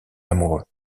amoureux